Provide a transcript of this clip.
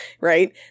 right